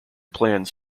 plans